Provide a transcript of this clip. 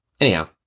Anyhow